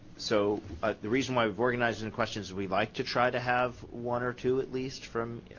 so ah the reason i organized in questions is we like to try to have one or two at least from